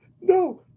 No